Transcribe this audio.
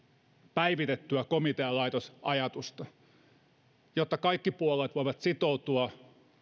päivitettyä komitealaitosajatusta jotta kaikki puolueet voivat sitoutua